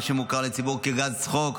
מה שמוכר לציבור כגז צחוק,